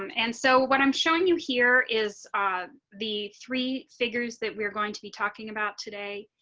um and so what i'm showing you here is the three fingers that we're going to be talking about today.